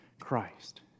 Christ